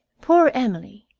poor emily,